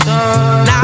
Now